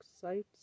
sites